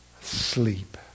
sleep